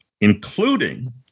including